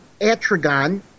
Atragon